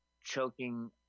choking